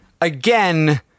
again